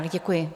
Děkuji.